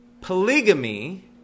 polygamy